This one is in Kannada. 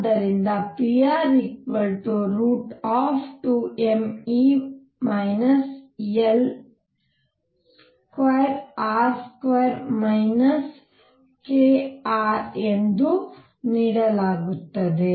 ಆದ್ದರಿಂದ pr √ ಎಂದು ನೀಡಲಾಗುತ್ತದೆ